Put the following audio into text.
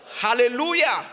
Hallelujah